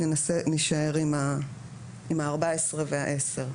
ננסה להישאר עם ה-14 וה-10.